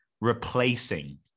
replacing